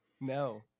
no